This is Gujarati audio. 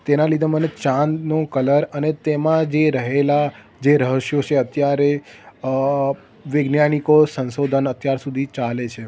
તેના લીધે મને ચાંદનો કલર અને તેમાં જે રહેલા જે રહસ્યો છે અત્યારે વૈજ્ઞાનિકો સંશોધન અત્યાર સુધી ચાલે છે